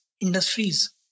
Industries